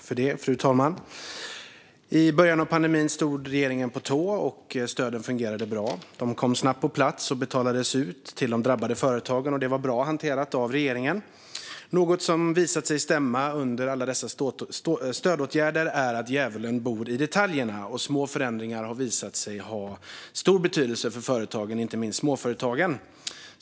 Fru talman! I början av pandemin stod regeringen på tå och stöden fungerade bra. De kom snabbt på plats och betalades ut till de drabbade företagen, och det var bra hanterat av regeringen. Något som har visat sig stämma för alla dessa stödåtgärder är att djävulen bor i detaljerna, och små förändringar har visat sig ha stor betydelse för företagen, inte minst småföretagen.